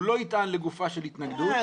הוא לא יטען לגופה של התנגדות,